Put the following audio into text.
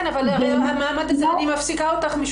אני מפסיקה אותך,